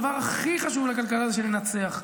הדבר הכי חשוב לכלכלה הוא שננצח,